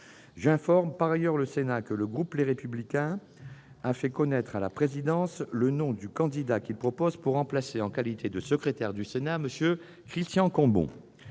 J'informe le Sénat que le groupe Les Républicains a fait connaître à la présidence le nom du candidat qu'il propose pour remplacer, en qualité de secrétaire du Sénat, M. Christian Cambon.